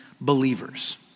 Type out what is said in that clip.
believers